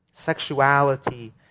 Sexuality